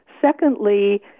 Secondly